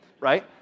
right